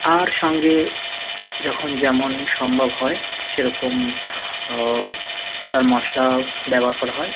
আর সঙ্গে যখন যেমন সম্ভব হয় সেরকম তার মশলা ব্যবহার করা হয়